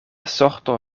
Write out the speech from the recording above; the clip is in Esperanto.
sorto